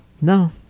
No